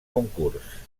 concurs